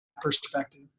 perspective